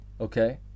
Okay